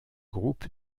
groupe